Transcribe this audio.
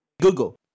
Google